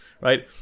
right